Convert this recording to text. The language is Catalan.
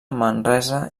manresa